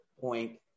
point